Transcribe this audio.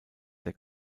der